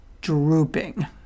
drooping